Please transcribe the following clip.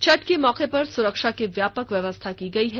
छठ के अवसर पर सुरक्षा की व्यापक व्यवस्था की गयी है